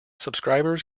subscribers